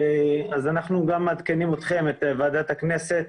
אנחנו גם מעדכנים אתכם, את ועדת הכנסת,